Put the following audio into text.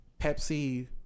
Pepsi